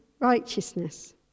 righteousness